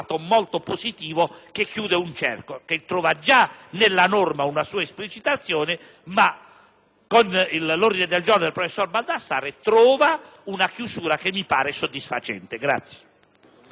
con l'ordine del giorno del professor Baldassarri, trova una chiusura che mi pare soddisfacente.